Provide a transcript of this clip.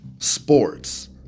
Sports